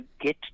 get